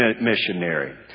missionary